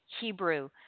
Hebrew